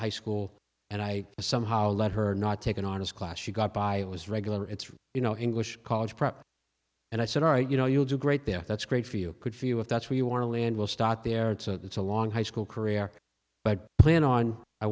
high school and i somehow let her not take an honest class she got by it was regular it's you know english college prep and i said all right you know you'll do great there that's great for you could for you if that's where you want to land we'll start there it's a it's a long high school career but plan on i